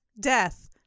Death